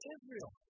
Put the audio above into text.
Israel